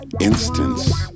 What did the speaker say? instance